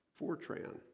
Fortran